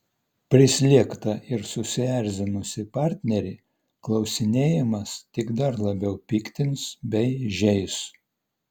prislėgtą ir susierzinusį partnerį klausinėjimas tik dar labiau piktins bei žeis